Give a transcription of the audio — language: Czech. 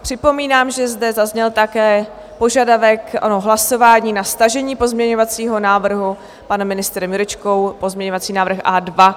Připomínám, že zde zazněl také požadavek, ono hlasování, na stažení pozměňovacího návrhu panem ministrem Jurečkou, pozměňovací návrh A2.